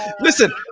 Listen